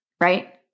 right